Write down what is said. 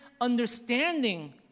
understanding